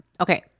Okay